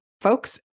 folks